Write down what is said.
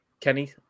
Kenny